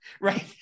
right